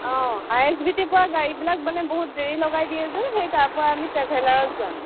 অঁ I S B টিৰ পৰা গাড়ীবিলাক মানে বহুত দেৰি লগাই দিয়ে যে সেই তাৰপৰা আমি ট্ৰেভেলাৰত যাম